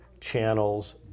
channels